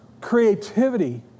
creativity